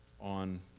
on